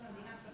במקום "לא